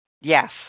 Yes